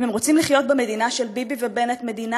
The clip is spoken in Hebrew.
אם הם רוצים לחיות במדינה של ביבי ובנט, מדינה